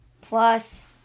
plus